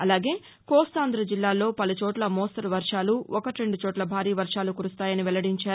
అలాగే కోస్తాంధ జిల్లాలో పలులచోట్ల మోస్తరు వర్వాలు ఒక టెండు చోట్ల భారీ వర్టాలు కురుస్తాయని వెల్లడించారు